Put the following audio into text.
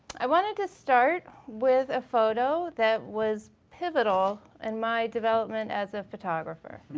i wanted to start with a photo that was pivotal in my development as a photographer.